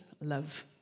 love